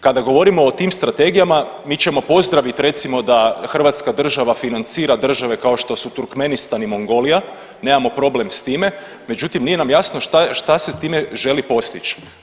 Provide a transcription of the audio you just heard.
Kada govorimo o tim strategijama mi ćemo pozdraviti recimo da Hrvatska država financira države kao što Turkmenistan i Mongolija, nemamo problem s time, međutim nije nam jasno šta se time želi postići.